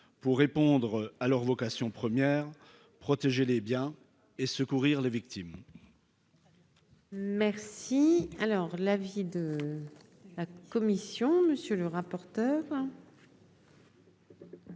pour répondre à leur vocation première : protéger les biens et secourir les victimes. Merci, alors l'avis de la commission, monsieur le rapporteur.